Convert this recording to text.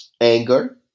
anger